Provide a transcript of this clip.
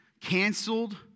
canceled